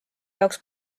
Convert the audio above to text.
jaoks